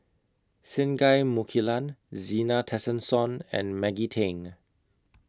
Singai Mukilan Zena Tessensohn and Maggie Teng